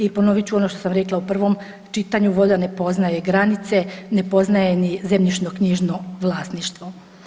I ponovit ću ono što sam rekla u prvom čitanju, voda ne poznaje granice, ne poznaje ni zemljišnoknjižno vlasništvo.